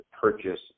purchase